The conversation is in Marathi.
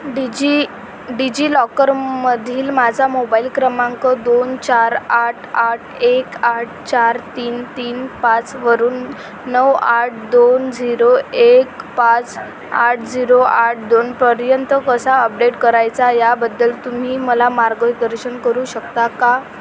डिजी डिजि लॉकरमधील माझा मोबाईल क्रमांक दोन चार आठ आठ एक आठ चार तीन तीन पाच वरून नऊ आठ दोन झिरो एक पाच आठ झिरो आठ दोनपर्यंत कसा अपडेट करायचा याबद्दल तुम्ही मला मार्गदर्शन करू शकता का